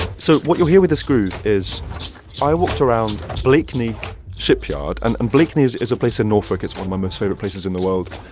so what you'll hear with this groove is i walked around blakeney shipyard. and and blakeney is is a place in norfolk. it's one of my most favorite places in the world.